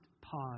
pause